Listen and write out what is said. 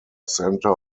center